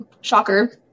shocker